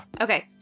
Okay